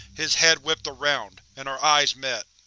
his head whipped around, and our eyes met.